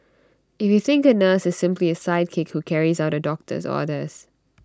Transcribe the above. if you think A nurse is simply A sidekick who carries out A doctor's orders